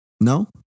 No